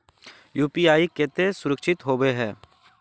UPI केते सुरक्षित होबे है?